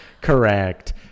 Correct